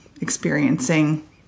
experiencing